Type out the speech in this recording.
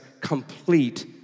complete